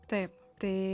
taip tai